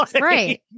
right